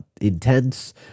intense